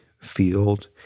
field